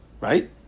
right